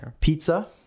Pizza